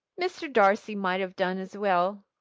mr. darcy might have done as well.